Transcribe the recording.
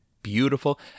Beautiful